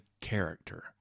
character